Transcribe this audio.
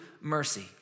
mercy